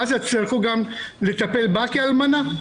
ואז יצטרכו גם לטפל בה כאלמנה?